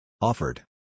Offered